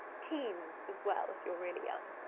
teens as well, if you're really young.